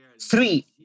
three